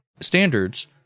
standards